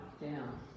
down